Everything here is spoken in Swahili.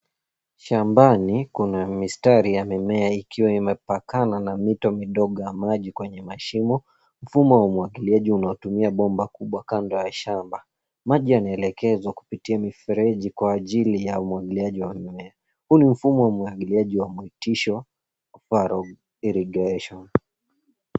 Shambani kuna mistari ya mimea ikiwa imepakana na mito midogo ya maji kwenye mashimo, mfumo wa umwagiliaji unaotumia bomba kubwa kando ya shamba. Maji yanaelekezwa kupitia mifereji kwa ajili ya umwagiliaji wa mimea. Huu ni mfumo wa umwagiliaji wa kuitishwa furrow irrigation .